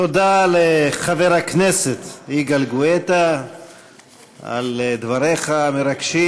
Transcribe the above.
תודה לחבר הכנסת יגאל גואטה על דבריך המרגשים.